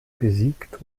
besiegt